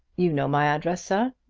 you know my address, sir.